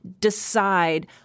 decide